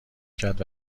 کرد